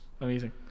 Amazing